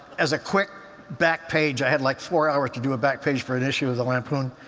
as a quick back page i had like four hours to do a back page for an issue of the lampoon,